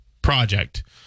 Project